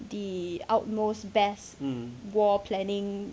the utmost best war planning